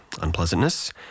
unpleasantness